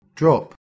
drop